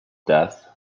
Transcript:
death